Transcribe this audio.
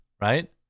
right